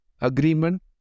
agreement